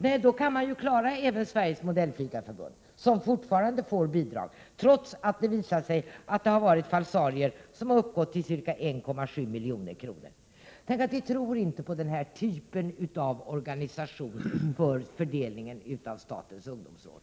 Nej, då kan man ju klara även Sveriges modellflygarförbund, som fortfarande får bidrag trots att det visat sig att det har varit falsarier som uppgått till ca 1,7 milj.kr. Vi tror inte på den här typen av organisation för fördelning av stödet till statens ungdomsråd.